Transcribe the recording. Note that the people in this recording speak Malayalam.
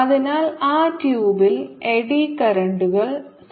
അതിനാൽ ആ ട്യൂബിൽ എഡ്ഡി കറന്റുകൾ സൃഷ്ടിക്കുന്നു